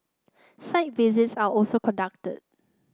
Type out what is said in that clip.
site visits are also conducted